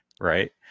right